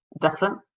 different